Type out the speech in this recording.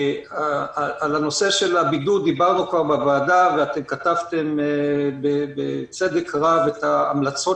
על הנושא של הבידוד דיברנו כבר בוועדה ואתם כתבם בצדק רב את ההמלצות